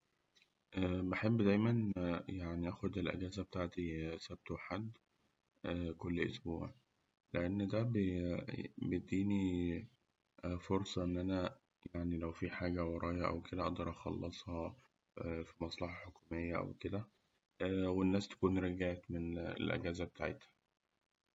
بحب دايماً أخد الأجزة بتاعتي سبت وحد لأن ده بي- بيديني فرصة إن أنا لو فيه ورايا حاجة أو كده أقدر أخلصها في مصلحة حكومية أو كده والناس تكون رجعت من الأجازة بتاعتها.